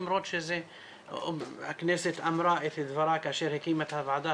למרות שהכנסת אמרה את דברה כאשר הקימה את הוועדה